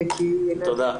תודה.